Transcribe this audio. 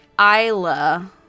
Isla